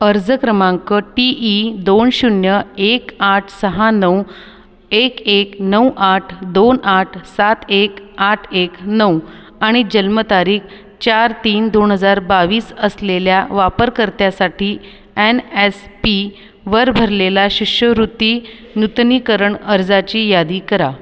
अर्ज क्रमांक T E दोन शून्य एक आठ सहा नऊ एक एक नऊ आठ दोन आठ सात एक आठ एक नऊ आणि जन्मतारीख चार तीन दोन हजार बावीस असलेल्या वापरकर्त्यासाठी ॲन ॲस पीवर भरलेला शिष्यवृत्ती नूतनीकरण अर्जाची यादी करा